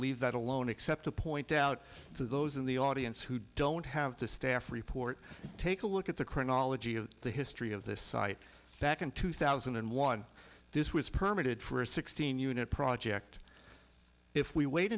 leave that alone except to point out to those in the audience who don't have the staff report take a look at the chronology of the history of this site back in two thousand and one this was permitted for a sixteen unit project if we wait